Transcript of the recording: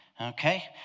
okay